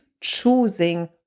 choosing